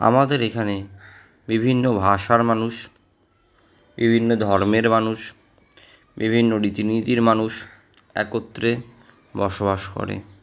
আমাদের এখানে বিভিন্ন ভাষার মানুষ বিভিন্ন ধর্মের মানুষ বিভিন্ন রীতিনীতির মানুষ একত্রে বসবাস করে